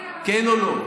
כן או לא?